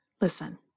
listen